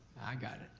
i got.